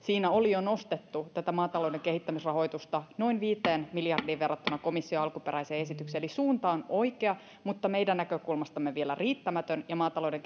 oli jo nostettu tätä maatalouden kehittämisrahoitusta noin viiteen miljardiin verrattuna komission alkuperäiseen esitykseen eli suunta on oikea mutta meidän näkökulmastamme vielä riittämätön ja maatalouden